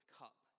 cup